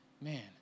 man